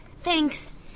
Thanks